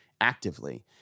actively